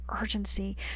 urgency